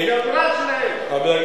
זה הגורל שלהם.